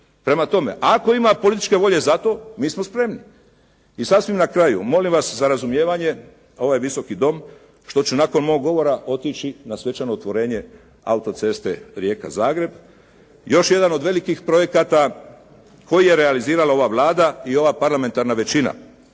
Prema tome, ako ima političke volje za to mi smo spremni i sasvim na kraju molim vas za razumijevanje, ovaj Visoki som što ću nakon mog govora otići na svečano otvorenje autoceste Rijeka-Zagreb, još jedan od velikih projekata koji je realizirala ova Vlada i ova parlamentarna većina,